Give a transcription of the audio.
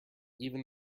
even